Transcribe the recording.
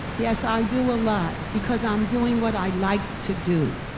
yes, i do a lot, because i'm doing what i like to do.